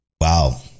Wow